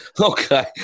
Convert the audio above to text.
Okay